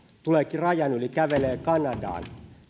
tulevatkin rajan yli kävelevät kanadaan